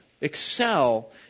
Excel